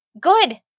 good